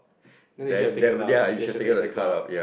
then they should have taken it out they should have taken this out